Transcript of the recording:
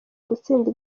gutsinda